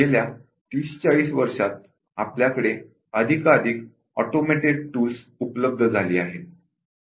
गेल्या 30 40 वर्षांत आपल्याकडे अधिकाधिक ऑटोमेटेड टूल्स उपलब्ध झाली आहेत